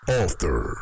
author